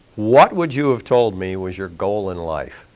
what would you have told me was your goal in life?